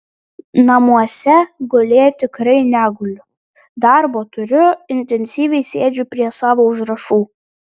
namuose gulėt tikrai neguliu darbo turiu intensyviai sėdžiu prie savo užrašų